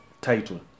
title